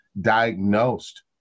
diagnosed